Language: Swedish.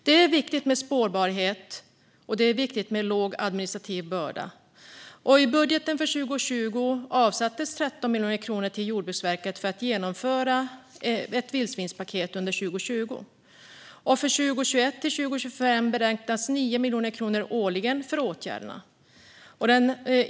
Det är viktigt med spårbarhet, och det är viktigt att den administrativa bördan är låg. I budgeten för 2020 avsattes 13 miljoner kronor till Jordbruksverket för genomförande av ett vildsvinspaket under 2020. För 2021-2025 beräknas 9 miljoner kronor årligen för åtgärden.